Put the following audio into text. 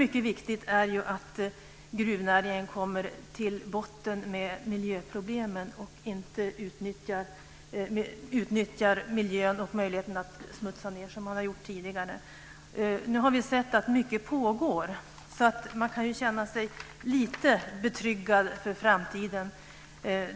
Mycket viktigt är ju att gruvnäringen kommer till botten med miljöproblemen och inte utnyttjar miljön och möjligheten att smutsa ned som man har gjort tidigare. Nu har vi sett att mycket pågår, så det kan kännas lite betryggande för framtiden.